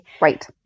Right